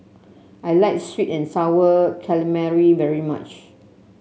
I like sweet and sour calamari very much